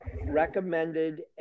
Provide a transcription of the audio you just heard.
recommended